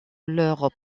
leurs